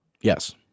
Yes